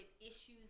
issues